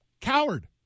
Coward